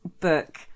book